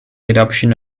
eruption